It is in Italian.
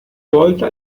volta